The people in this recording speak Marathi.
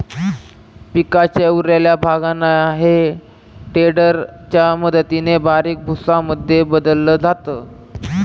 पिकाच्या उरलेल्या भागांना हे टेडर च्या मदतीने बारीक भुसा मध्ये बदलल जात